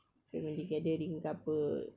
family gathering ke apa